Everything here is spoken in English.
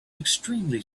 extremely